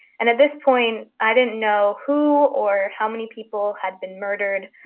and at this point, i didn't know who or how many people had been murdered.